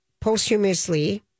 posthumously